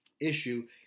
issue